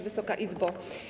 Wysoka Izbo!